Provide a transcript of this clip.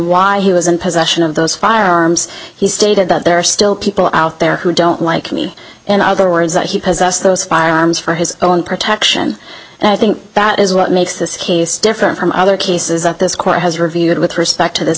why he was in possession of those firearms he stated that there are still people out there who don't like me in other words that he has us those firearms for his own protection and i think that is what makes this case different from other cases that this court has reviewed with respect to this